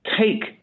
Take